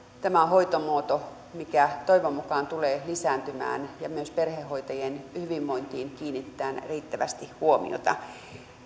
tämä on hoitomuoto mikä toivon mukaan tulee lisääntymään ja toivon mukaan myös perhehoitajien hyvinvointiin kiinnitetään riittävästi huomiota